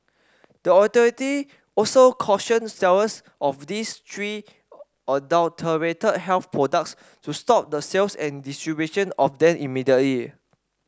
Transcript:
the authority also cautioned sellers of these three adulterated health products to stop the sales and distribution of them immediately